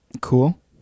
Cool